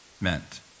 meant